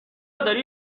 داری